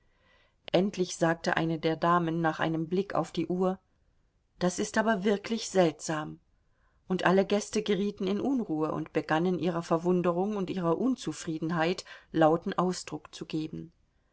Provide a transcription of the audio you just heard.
endlich sagte eine der damen nach einem blick auf die uhr das ist aber wirklich seltsam und alle gäste gerieten in unruhe und begannen ihrer verwunderung und ihrer unzufriedenheit lauten ausdruck zu geben